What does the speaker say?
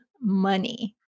money